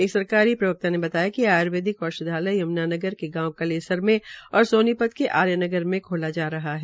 एक सरकारी प्रवक्ता ने बताया कि आर्यवैदिक औषधालय यम्नानगर के गांव कलेसर में और सोनीपत के आर्य नगर में खोला जा रहे है